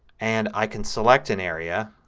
and i can select an area